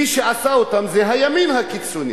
מי שעשה אותם זה הימין הקיצוני.